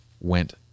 went